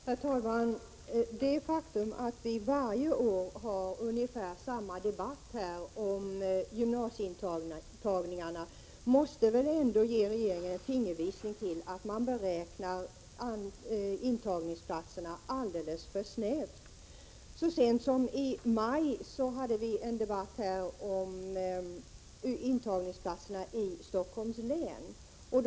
Herr talman! Det faktum att vi varje år har ungefär samma debatt här om gymnasieintagningarna måste väl ändå ge regeringen en fingervisning om att man beräknar antalet intagningsplatser alldeles för snävt. Så sent som i maj hade vi en debatt om intagningsplatserna i Stockholms län.